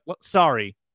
sorry